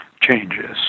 changes